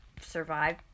survive